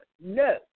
No